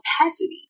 capacity